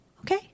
okay